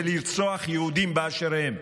של לרצוח יהודים באשר הם.